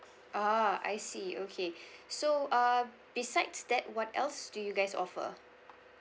oh I see okay so uh besides that what else do you guys offer